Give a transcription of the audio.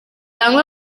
amwe